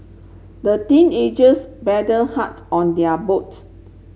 the teenagers paddled hart on their boat